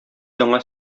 яңа